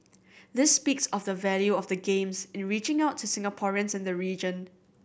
this speaks of the value of the Games in reaching out to Singaporeans and the region